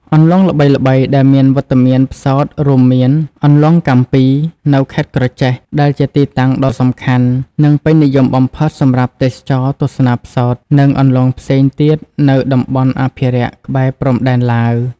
អន្លង់ល្បីៗដែលមានវត្តមានផ្សោតរួមមាន អន្លង់កាំពី នៅខេត្តក្រចេះ ដែលជាទីតាំងដ៏សំខាន់ និងពេញនិយមបំផុតសម្រាប់ទេសចរណ៍ទស្សនាផ្សោត និងអន្លង់ផ្សេងទៀតនៅតំបន់អភិរក្សក្បែរព្រំដែនឡាវ។